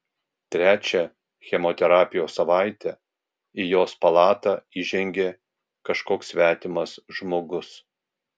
trečią chemoterapijos savaitę į jos palatą įžengė kažkoks svetimas žmogus